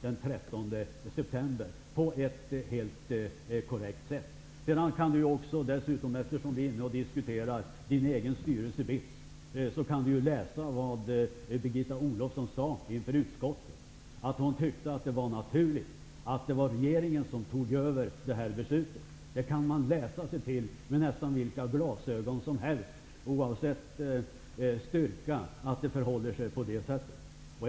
Det gjordes på ett helt korrekt sätt den 13 september. Vi diskuterar nu BITS styrelse, där Ylva Annerstedt är ledamot. Det går att läsa vad Gunilla Olofsson har sagt inför utskottet. Hon tyckte att det var naturligt att regeringen fattade beslutet. Det går att läsa med vilka glasögon som helst, oavsett styrka, att det hela förhåller sig så.